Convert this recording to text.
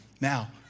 Now